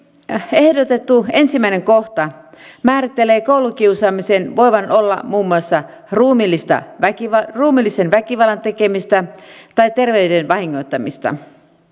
ehdotettu ensimmäinen kohta määrittelee koulukiusaamisen voivan olla muun muassa ruumiillisen väkivallan ruumiillisen väkivallan tekemistä tai terveyden vahingoittamista